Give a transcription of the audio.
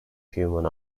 human